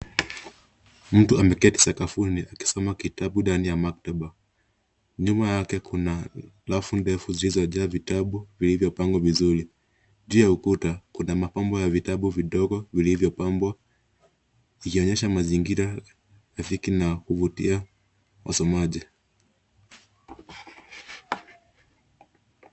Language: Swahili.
Mtu ameketi sakafuni akisoma kitabu ndani ya maktaba. Nyuma yake kuna rafu ndefu zilizojaa vitabu vilivyopangwa vizuri. Juu ya ukuta kuna mapambo ya vitabu vidogo vilivyopambwa ikionyesha mazingira rafiki na kuvutia wasomaji.